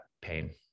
pain